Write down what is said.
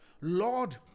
Lord